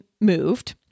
moved